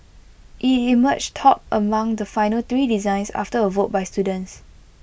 IT emerged top among the final three designs after A vote by students